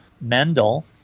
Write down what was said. Mendel